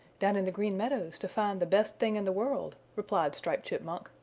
down in the green meadows to find the best thing in the world, replied striped chipmunk,